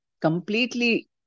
completely